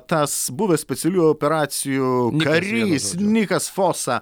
tas buvęs specialiųjų operacijų karys nikas fosa